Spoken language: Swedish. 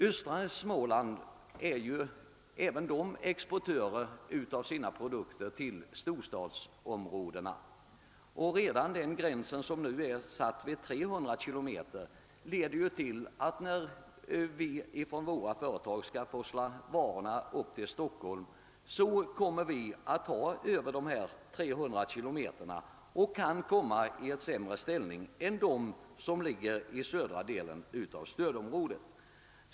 Östra Småland levererar även sina produkter till storstadsområdena, och redan den gräns som är satt vid 300 km kommer våra företag att pas sera när de skall forsla varorna upp till Stockholm. Vi kan därigenom komma i ett sämre läge än företagen i södra delen av stödområdet.